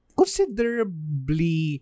considerably